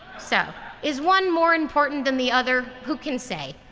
so is one more important than the other? who can say.